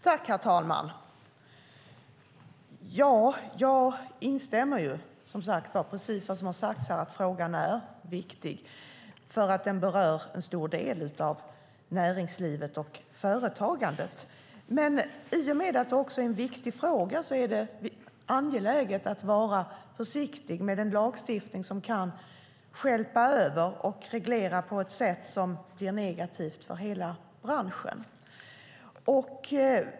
Herr talman! Jag instämmer i vad som har sagts här om att frågan är viktig, eftersom den berör en stor del av näringslivet och företagandet. Men i och med att det är en viktig fråga är det angeläget att vara försiktig med en lagstiftning som kan stjälpa över och reglera på ett sätt som blir negativt för hela branschen.